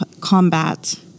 combat